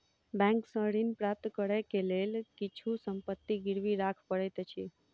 bank सॅ ऋण प्राप्त करै के लेल किछु संपत्ति गिरवी राख पड़ैत अछि